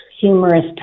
humorous